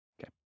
Okay